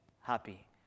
happy